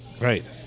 Right